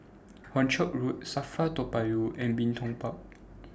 Hornchurch Road SAFRA Toa Payoh and Bin Tong Park